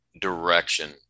direction